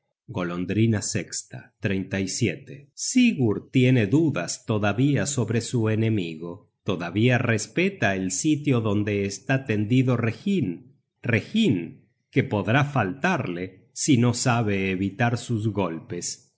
á su hermano golondrina sesta sigurd tiene dudas todavía sobre su enemigo todavía respeta el sitio donde está tendido reginn reginn que podrá faltarle si no sabe evitar sus golpes